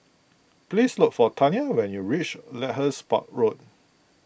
please look for Taina when you reach Lyndhurst Road